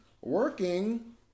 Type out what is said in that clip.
working